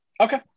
Okay